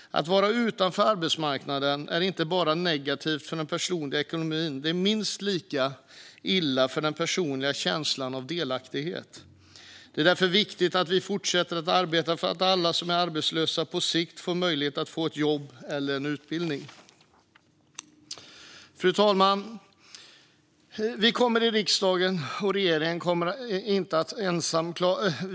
Att vara utanför arbetsmarknaden är inte bara negativt för den personliga ekonomin - det är minst lika illa för den personliga känslan av delaktighet. Det är därför viktigt att fortsätta arbeta för att alla som är arbetslösa får möjlighet att få ett jobb eller en utbildning. Fru talman!